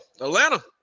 Atlanta